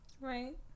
Right